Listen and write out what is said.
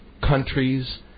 countries